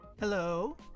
Hello